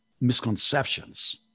misconceptions